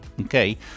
Okay